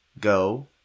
go